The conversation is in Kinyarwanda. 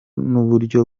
n’uburyo